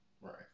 Right